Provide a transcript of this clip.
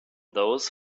those